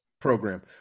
program